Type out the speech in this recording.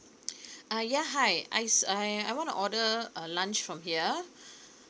uh yeah hi I s~ I I want to order uh lunch from here